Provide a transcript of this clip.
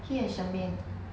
he and charmaine